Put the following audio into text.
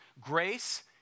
Grace